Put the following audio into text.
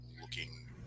looking